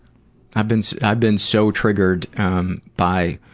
i've been so i've been so triggered um by